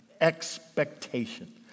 expectation